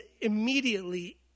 immediately